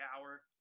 hour